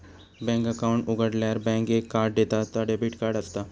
bank account उघाडल्यार bank एक card देता ता डेबिट कार्ड असता